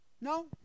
No